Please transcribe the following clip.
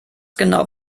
genau